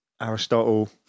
Aristotle